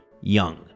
Young